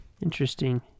Interesting